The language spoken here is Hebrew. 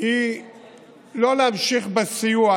היא לא להמשיך בסיוע,